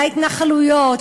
להתנחלויות,